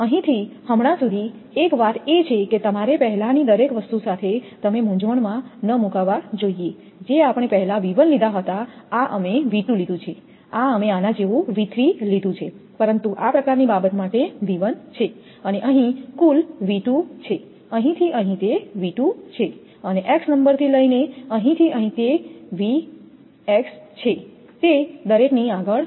અહીંથી હમણાં સુધી એક વાત એ છે કે તમારે પહેલાંની દરેક વસ્તુ સાથે તમે મૂંઝવણમાં ન મુકાવા જોઈએ જે આપણે પહેલા લીધા હતા આ અમે લીધું છે આ અમે આના જેવું લીધું છે પરંતુ આ પ્રકારની બાબત માટે તે 𝑉 છે અને અહીં કુલ 𝑉 છે અહીં થી અહીં તે 𝑉 છે અને x નંબરથી લઈને અહીં થી અહીં તે 𝑉𝑥 છે તે દરેકની આગળ નથી